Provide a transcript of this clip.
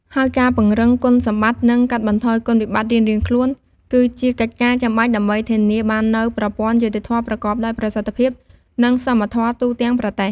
ហើយការពង្រឹងគុណសម្បត្តិ និងកាត់បន្ថយគុណវិបត្តិរៀងៗខ្លួន គឺជាកិច្ចការចាំបាច់ដើម្បីធានាបាននូវប្រព័ន្ធយុត្តិធម៌ប្រកបដោយប្រសិទ្ធភាព និងសមធម៌ទូទាំងប្រទេស។